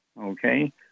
Okay